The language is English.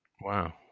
Wow